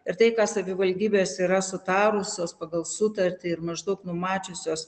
ir tai ką savivaldybės yra sutarusios pagal sutartį ir maždaug numačiusios